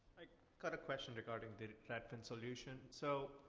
got a question regarding the redfin solution. so,